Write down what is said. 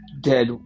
dead